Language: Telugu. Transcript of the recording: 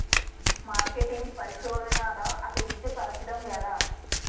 మార్కెటింగ్ పరిశోధనదా అభివృద్ధి పరచడం ఎలా